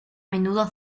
menudo